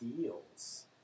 deals